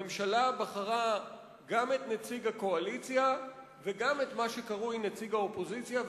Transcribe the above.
הממשלה בחרה גם את נציג הקואליציה וגם את מה שקרוי נציג האופוזיציה,